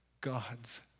God's